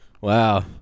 Wow